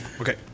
okay